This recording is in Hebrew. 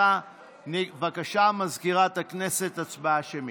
7. בבקשה, מזכירת הכנסת, הצבעה שמית.